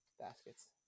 baskets